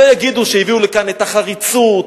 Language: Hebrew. לא יגידו שהביאו לכאן את החריצות,